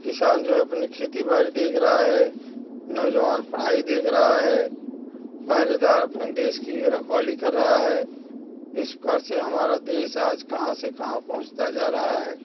किसान जो है अपनी खेती बाड़ी देख रहा है नौजवान पढ़ाई देख रहा है पहरेदार अपने देश के लिए रखवाली कर रहा है इस प्रकार से हमारा देश आज कहाँ से कहाँ पहुँचता जा रहा है